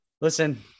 listen